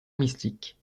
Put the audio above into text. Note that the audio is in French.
mystique